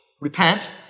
Repent